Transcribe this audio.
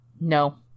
No